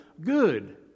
good